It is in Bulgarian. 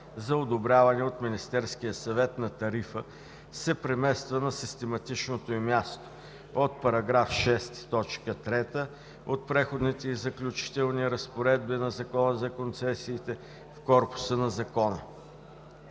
за одобряване от Министерския съвет на тарифа, се премества на систематичното й място – от § 6, т. 3 от Преходните и заключителните разпоредби на Закона за концесиите в корпуса на Закона.